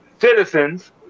citizens